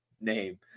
name